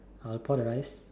I'll pour the rice